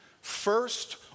First